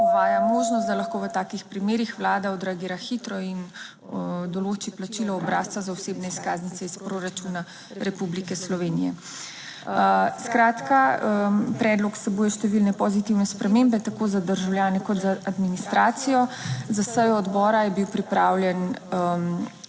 uvaja možnost, da lahko v takih primerih Vlada odreagira hitro in določi plačilo obrazca za osebne izkaznice iz proračuna Republike Slovenije. Skratka, predlog vsebuje številne pozitivne spremembe tako za državljane kot za administracijo. Za sejo odbora je bil pripravljen